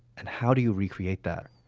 and how do you recreate that?